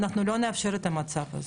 אנחנו לא נאפשר את המצב הזה.